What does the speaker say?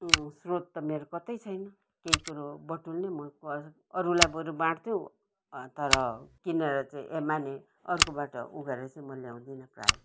श्रोत त मेरो कतै छैन केही कुरो बटुल्ने म अरूलाई बरू बाँड्छु तर किनेर चाहिँ ए माने अरूकोबाट उ गरेर चाहिँ म ल्याउँदिनँ प्रायः